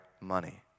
money